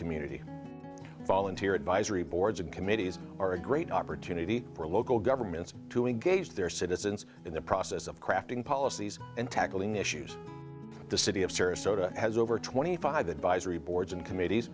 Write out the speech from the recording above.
community volunteer advisory boards and committees are a great opportunity for local governments to engage their citizens in the process of crafting policies and tackling issues the city of sarasota has over twenty five advisory boards and committees